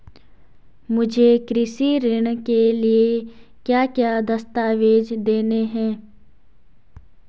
मुझे कृषि ऋण के लिए क्या क्या दस्तावेज़ देने हैं?